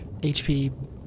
HP